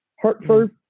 Hartford